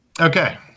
Okay